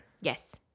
Yes